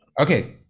okay